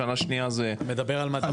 שנה שנייה זה --- אתה מדבר על מדענים?